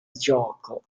gioco